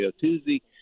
Tuesday